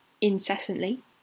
incessantly